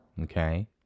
Okay